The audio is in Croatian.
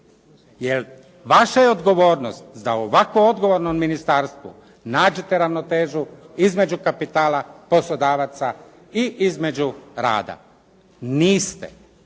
Jer vaša je odgovornost za odgovorno u ministarstvu nađite ravnotežu između kapitala, poslodavaca i između rada. Niste.